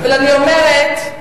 אני אומרת,